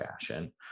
fashion